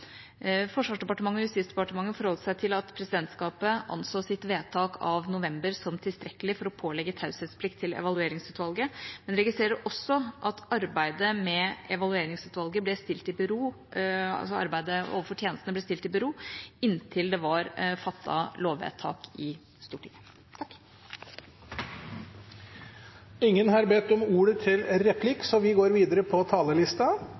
Forsvarsdepartementet og Justisdepartementet forholdt seg til at presidentskapet anså sitt vedtak av november som tilstrekkelig for å pålegge taushetsplikt til Evalueringsutvalget, men jeg registrerer også at arbeidet med Evalueringsutvalget overfor tjenestene ble stilt i bero inntil det var fattet lovvedtak i Stortinget. Norge har